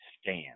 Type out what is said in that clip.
stand